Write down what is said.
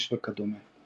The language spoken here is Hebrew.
אש וכדומה.